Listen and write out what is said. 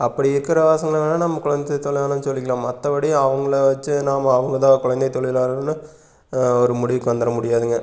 அப்படி இருக்கிற பசங்களலாம் நம்ம குழந்தை தொழிலாளர்ன்னு சொல்லிக்கலாம் மற்றபடி அவங்களை வச்சு நாம் அவங்கதான் குழந்தை தொழிலாளர்கள்னு ஒரு முடிவுக்கு வந்துட முடியாதுங்க